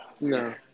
No